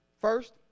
first